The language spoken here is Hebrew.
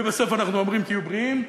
ובסוף אנחנו אומרים: תהיו בריאים.